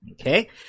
Okay